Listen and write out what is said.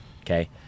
Okay